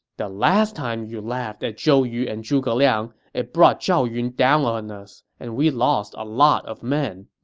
the last time you laughed at zhou yu and zhuge liang, it brought zhao yun down on us and we lost a lot of men.